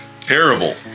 terrible